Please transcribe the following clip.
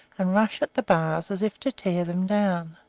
and rush at the bars as if to tear them down.